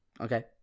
okay